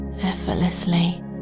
effortlessly